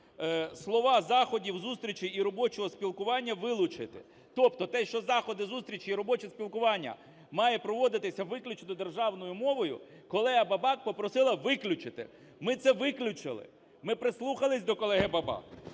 слова "заходів, зустрічей і робочого спілкування" вилучити. Тобто те, що заходи, зустрічі і робоче спілкування має проводитися виключно державною мовою, колега Бабак попросила виключити. Ми це виключили. Ми прислухалися до колеги Бабак.